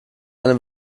eine